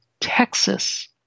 Texas